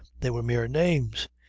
they were mere names.